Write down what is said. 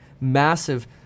massive